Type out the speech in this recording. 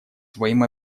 своим